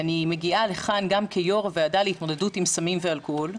אני מגיעה לכאן גם כיו"ר הוועדה להתמודדות עם סמים ואלכוהול,